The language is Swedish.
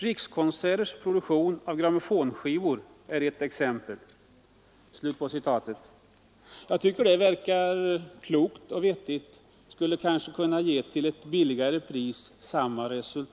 Rikskonserters produktion av grammofonskivor är ett exempel.” Jag tycker att det verkar klokt och vettigt. Det skulle kanske kunna ge samma resultat till lägre pris.